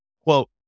Quote